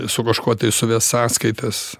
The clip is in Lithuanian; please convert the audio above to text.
su kažkuo tai suvest sąskaitas